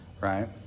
Right